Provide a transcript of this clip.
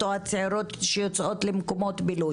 או הצעירות שיוצאות למקומות בילוי,